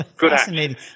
Fascinating